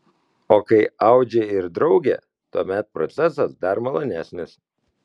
o kai audžia ir draugė tuomet procesas dar malonesnis